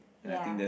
ya